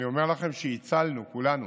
אני אומר לכם שהצלנו כולנו,